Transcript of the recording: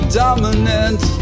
dominant